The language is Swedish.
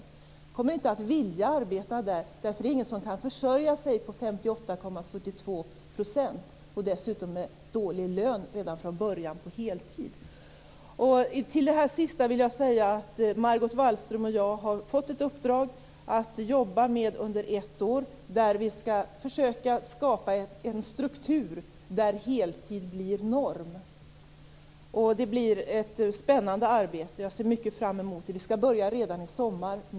Människor kommer inte att vilja arbeta där, därför att det är ingen som kan försörja sig på 58,72 %, dessutom med dålig lön på heltid redan från början. När det gäller det sistnämnda vill jag säga att Margot Wallström och jag har fått ett uppdrag att jobba med under ett år. Vi skall försöka skapa en struktur där heltid blir norm. Det blir ett spännande arbete, som jag ser mycket fram emot. Vi skall börja arbetet redan i sommar.